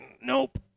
nope